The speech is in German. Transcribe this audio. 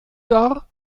dar